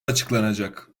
açıklanacak